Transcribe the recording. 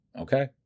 Okay